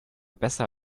besser